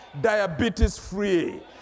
diabetes-free